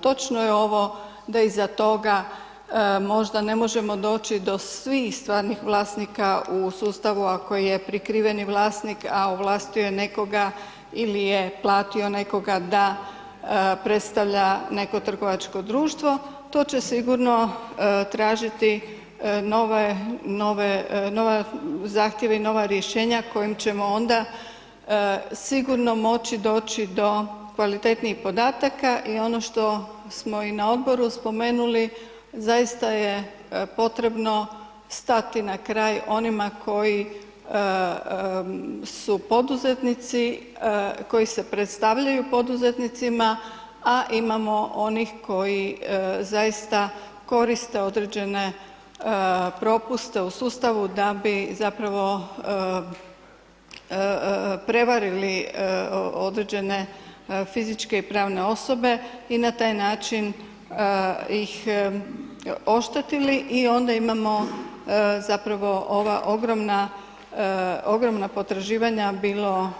Točko je ovo da iza toga možda ne možemo doći do svih stvarnih vlasnika u sustavu ako je prikriveni vlasnik, a ovlastuje nekoga ili je platio nekoga da predstavlja neko trgovačko društvo, to će sigurno tražiti nove, nove, nove zahtjeve i nova rješenja kojim ćemo onda sigurno moći doći do kvalitetnijih podataka i ono što smo i na odboru spomenuli zaista je potrebno stati na kraj onima koji su poduzetnici, koji se predstavljaju poduzetnicima a imamo onih koji zaista koriste određene propuste u sustavu da bi zapravo prevarili određene fizičke i pravne osobe i na taj način ih oštetili i onda imamo zapravo ova ogromna, ogromna potraživanja bilo bilo